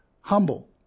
humble